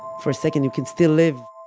for a second you can still live